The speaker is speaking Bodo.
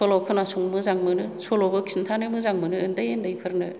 सल' खोनासंनो मोजां मोनो सल'बो खिन्थानो मोजां मोनो उन्दै उन्दैफोरनो